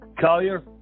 Collier